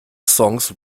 songs